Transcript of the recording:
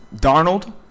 Darnold